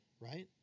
right